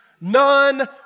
None